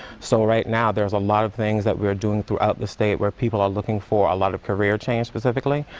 so right now there is a lot of things we are doing throughout the state where people are looking for a lot of career change specifically,